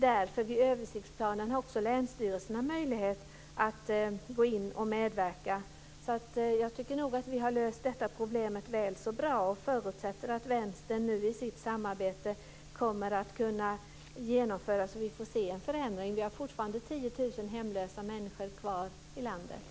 När det gäller översiktsplanerna har ju också länsstyrelserna möjlighet att gå in och att medverka, så jag tycker nog att vi löst problemet väl så bra. Jag förutsätter att Vänstern i sitt samarbete kan genomföra saker så att vi får se en förändring. Fortfarande finns det ju 10 000 hemlösa människor i landet.